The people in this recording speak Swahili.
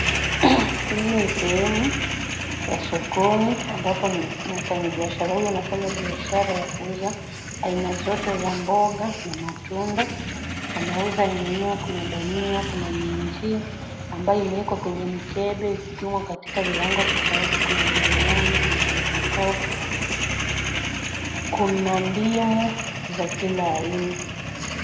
Hii ni sehemu ya sokoni, ambapo mfanyibiashara huyu anafanya biashara ya kuuza aina zote za mboga na matunda. Anauza nyanya, kuna dania, kuna minji ambayo imeekwa kwenye mikebe, ikipimwa katika viwango tofauti, kuna biringanya, kuna pilipili hoho, kuna ndimu za kila aina.